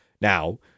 Now-